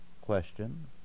question